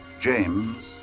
James